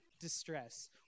distress